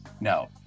No